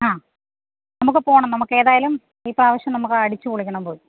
ആ നമുക്ക് പോകണം നമുക്കേതായാലും ഇപ്രാവശ്യം നമുക്ക് അടിച്ചു പൊളിക്കണം പോയി